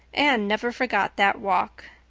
anne never forgot that walk.